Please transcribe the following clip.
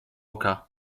oka